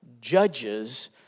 Judges